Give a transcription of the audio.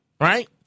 right